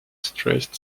stressed